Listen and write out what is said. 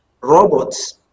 robots